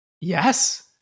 Yes